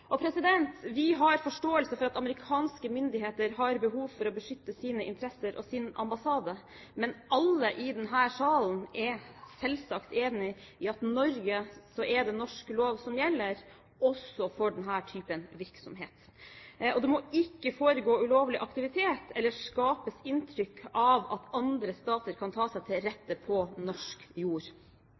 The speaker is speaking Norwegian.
Vi har forståelse for at amerikanske myndigheter har behov for å beskytte sine interesser og sin ambassade, men alle i denne salen er selvsagt enig i at i Norge er det norsk lov som gjelder, også for denne typen virksomhet. Det må ikke foregå ulovlig aktivitet eller skapes inntrykk av at andre stater kan ta seg til rette på norsk jord.